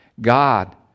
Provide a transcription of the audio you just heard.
God